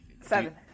seven